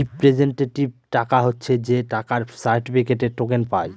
representative টাকা হচ্ছে যে টাকার সার্টিফিকেটে, টোকেন পায়